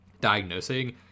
diagnosing